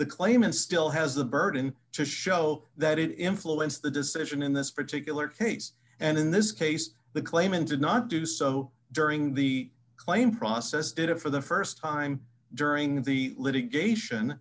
the claimant still has the burden to show that it influenced the decision in this particular case and in this case the claimant did not do so during the claim process did it for the st time during the litigation